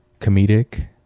comedic